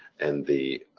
and the